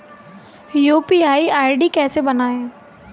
UPI ID कैसे बनाएं?